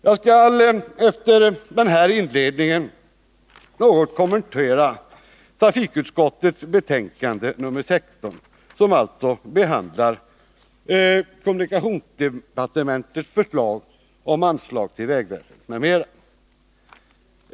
Jag skall efter den här inledningen något kommentera trafikutskottets betänkande nr 16, som behandlar kommunikationsdepartementets förslag om anslag till vägväsendet m.m.